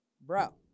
Bro